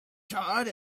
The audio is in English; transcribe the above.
charred